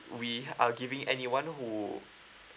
we ha~ are giving anyone who